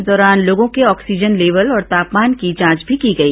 इस दौरान लोगों के ऑक्सीजन लेवल और तापमान की जांच भी की गई